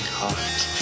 heart